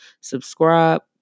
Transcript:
subscribe